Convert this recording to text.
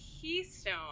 Keystone